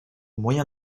moyen